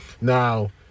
now